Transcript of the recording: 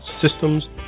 systems